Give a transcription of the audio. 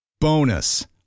Bonus